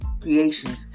creations